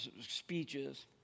speeches